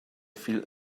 viel